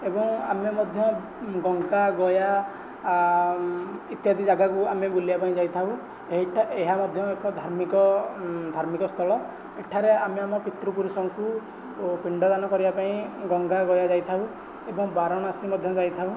ଏବଂ ଆମେ ମଧ୍ୟ ଗଙ୍ଗା ଗୟା ଇତ୍ୟାଦି ଯାଗାକୁ ଆମେ ବୁଲିବାପାଇଁ ଯାଇଥାଉ ଏହା ମଧ୍ୟ ଏକ ଧାର୍ମିକ ଧାର୍ମିକ ସ୍ଥଳ ଏଠାରେ ଆମେ ଆମ ପିତୃ ପୁରୁଷଙ୍କୁ ଓ ପିଣ୍ଡଦାନ କରିବାପାଇଁ ଗଙ୍ଗା ଗୟା ଯାଇଥାଉ ଏବଂ ବାରଣାସୀ ମଧ୍ୟ ଯାଇଥାଉ